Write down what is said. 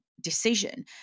decision